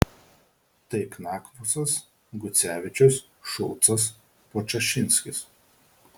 tai knakfusas gucevičius šulcas podčašinskis